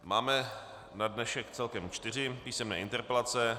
Máme na dnešek celkem čtyři písemné interpelace.